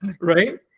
right